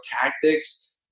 tactics